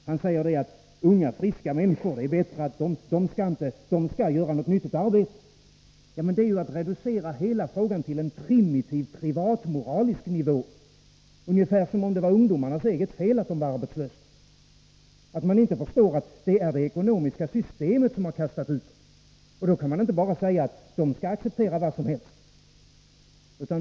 Man säger att unga, friska människor skall göra något nyttigt arbete. Men det är att reducera hela frågan till en primitiv privatmoralisk nivå, ungefär som om det vore ungdomarnas eget fel att de är arbetslösa. Man förstår inte att det är det ekonomiska systemet som har kastat ut dem. Då kan man inte säga att de skall acceptera vad som helst.